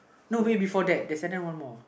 no way before that there's another one more